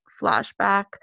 flashback